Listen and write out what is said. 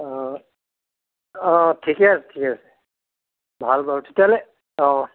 অঁ অঁ ঠিকে আছে ঠিকে আছে ভাল বাৰু তেতিয়াহ'লে অঁ